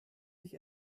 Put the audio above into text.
dich